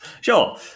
Sure